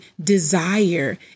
desire